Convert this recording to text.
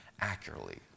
accurately